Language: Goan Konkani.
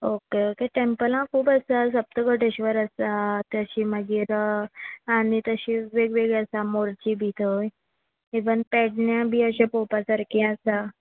ओके ओके टॅम्पलां खूब आसात सप्तकोटेश्वर आसा तशीं मागीर आनी तशींच वेगवेगळीं आसा मोर्जी बी थंय इवन पेडण्यां बी अशें पळोवपा सारकीं आसा